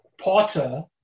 porter